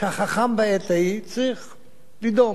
שהחכם בעת ההיא צריך לדוֹם.